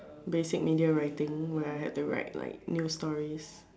basic media writing where I have to write like new stories